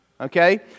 Okay